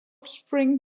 spring